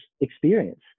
experience